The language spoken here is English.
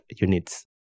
units